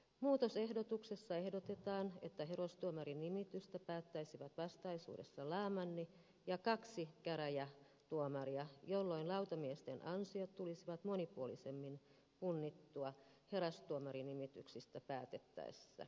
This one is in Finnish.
muutosehdotuksessa ehdotetaan että herastuomarin nimityksestä päättäisivät vastaisuudessa laamanni ja kaksi käräjätuomaria jolloin lautamiesten ansiot tulisivat monipuolisemmin punnituiksi herastuomari nimityksistä päätettäessä